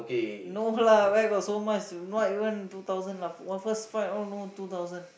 no lah where got so much not even two thousand lah first fight all no two thousand